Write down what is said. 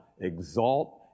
exalt